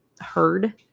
heard